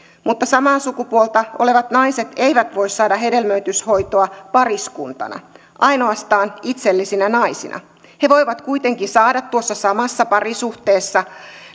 mutta samaa sukupuolta olevat naiset eivät voi saada hedelmöityshoitoa pariskuntana ainoastaan itsellisinä naisina he voivat kuitenkin saada tuossa samassa parisuhteessa